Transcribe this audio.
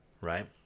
right